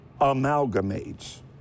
amalgamates